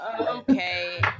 okay